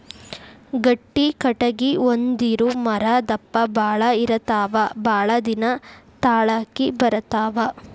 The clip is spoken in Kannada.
ಗಟ್ಟಿ ಕಟಗಿ ಹೊಂದಿರು ಮರಾ ದಪ್ಪ ಬಾಳ ಇರತಾವ ಬಾಳದಿನಾ ತಾಳಕಿ ಬರತಾವ